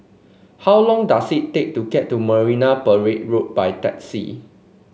how long does it take to get to Marina Parade Road by taxi